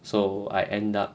so I end up